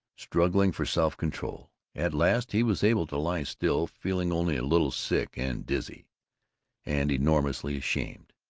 struggling for self-control. at last he was able to lie still, feeling only a little sick and dizzy and enormously ashamed.